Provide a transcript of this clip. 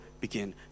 begin